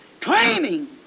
claiming